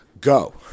go